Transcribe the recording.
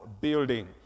building